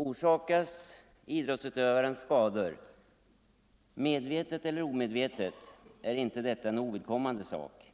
Orsakas idrottsutövaren skador, medvetet eller omedvetet, är inte detta en ovidkommande sak.